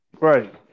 Right